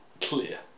clear